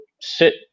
sit